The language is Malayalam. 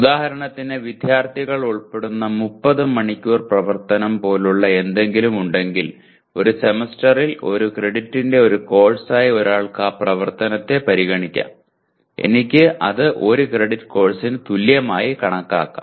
ഉദാഹരണത്തിന് വിദ്യാർത്ഥികൾ ഉൾപ്പെടുന്ന 30 മണിക്കൂർ പ്രവർത്തനം പോലുള്ള എന്തെങ്കിലും ഉണ്ടെങ്കിൽ ഒരു സെമസ്റ്ററിൽ 1 ക്രെഡിറ്റിന്റെ ഒരു കോഴ്സായി ഒരാൾക്ക് ഒരു പ്രവർത്തനത്തെ പരിഗണിക്കാം എനിക്ക് അത് 1 ക്രെഡിറ്റ് കോഴ്സിന് തുല്യമായി കണക്കാക്കാം